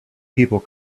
people